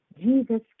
Jesus